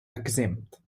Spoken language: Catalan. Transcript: exempt